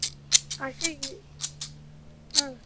اَچھا یہِ